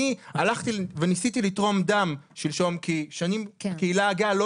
אני ניסיתי לתרום דם שלשום כי במשך שנים הקהילה הגאה לא